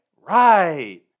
Right